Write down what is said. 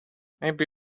maybe